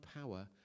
power